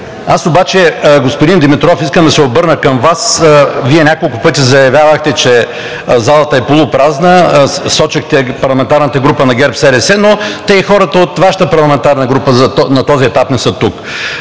Аз обаче, господин Димитров, искам да се обърна към Вас. Вие няколко пъти заявявахте, че залата е полупразна, сочехте парламентарната група на ГЕРБ-СДС, но и хората от Вашата парламентарна група на този етап не са тук.